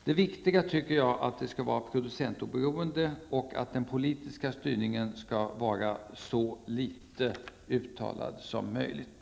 Det viktiga är att undervisningen är producentoberoende och att den politiska styrningen är så litet uttalad som möjligt.